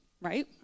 right